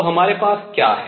तो हमारे पास क्या है